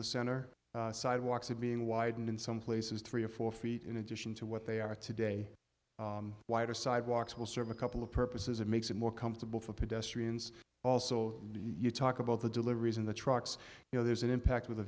the center sidewalks of being widened in some places three or four feet in addition to what they are today wider sidewalks will serve a couple of purposes it makes it more comfortable for pedestrians also you talk about the deliveries in the trucks you know there's an impact with a